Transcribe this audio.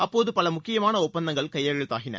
அப்போது பல முக்கியமான ஒப்பந்தங்கள் கையெழுத்தாகின